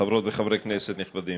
חברות וחברי כנסת נכבדים,